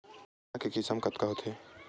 चना के किसम कतका होथे?